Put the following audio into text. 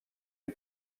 une